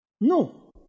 no